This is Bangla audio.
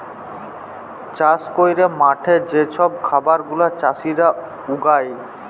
চাষ ক্যইরে মাঠে যে ছব খাবার গুলা চাষীরা উগায়